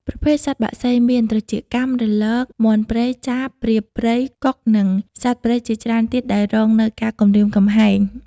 ប្រភេទសត្វបក្សីមាន ត្រចៀកកាំ រលក មាន់ព្រៃ ចាប ព្រាបព្រៃ កុក និងសត្វព្រៃជាច្រើនទៀតដែលរងនូវការគំរាមគំហែង។